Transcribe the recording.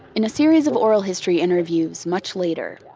in a series of oral history interviews, much later,